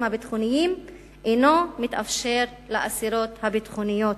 הביטחוניים אינו מתאפשר לאסירות הביטחוניות.